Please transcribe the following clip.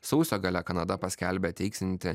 sausio gale kanada paskelbė teiksianti